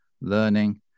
learning